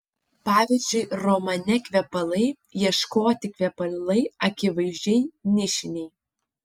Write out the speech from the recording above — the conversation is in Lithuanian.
pavyzdžiui romane kvepalai ieškoti kvepalai akivaizdžiai nišiniai